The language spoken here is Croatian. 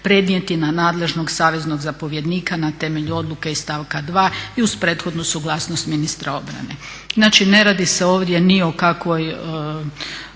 prenijeti na nadležnost saveznog zapovjednika na temelju odluka iz stavka 2. i uz prethodnu suglasnost ministra obrane. Znači ne radi se ovdje ni o kakvoj